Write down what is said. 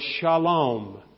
shalom